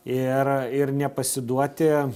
ir ir nepasiduoti